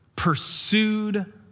Pursued